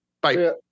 Bye